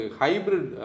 hybrid